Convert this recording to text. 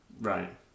Right